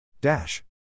dash